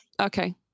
okay